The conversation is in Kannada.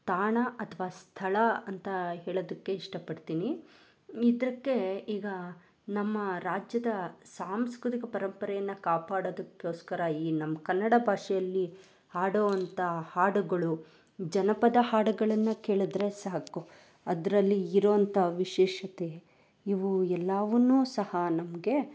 ತಾಣ ಅಥವಾ ಸ್ಥಳ ಅಂತ ಹೇಳೋದಕ್ಕೆ ಇಷ್ಟಪಡ್ತೀನಿ ಇದಕ್ಕೆ ಈಗ ನಮ್ಮ ರಾಜ್ಯದ ಸಾಂಸ್ಕೃತಿಕ ಪರಂಪರೆಯನ್ನು ಕಾಪಾಡೋದಕ್ಕೋಸ್ಕರ ಈ ನಮ್ಮ ಕನ್ನಡ ಭಾಷೆಯಲ್ಲಿ ಹಾಡುವಂಥ ಹಾಡುಗಳು ಜನಪದ ಹಾಡುಗಳನ್ನು ಕೇಳಿದ್ರೆ ಸಾಕು ಅದರಲ್ಲಿ ಇರೋಂಥ ವಿಶೇಷತೆ ಇವು ಎಲ್ಲವನ್ನೂ ಸಹ ನಮಗೆ